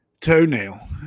toenail